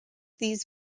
these